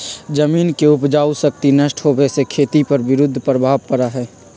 जमीन के उपजाऊ शक्ति नष्ट होवे से खेती पर विरुद्ध प्रभाव पड़ा हई